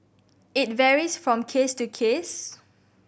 it varies from case to case